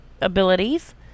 abilities